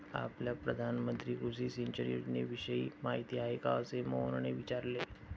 आपल्याला प्रधानमंत्री कृषी सिंचन योजनेविषयी माहिती आहे का? असे मोहनने विचारले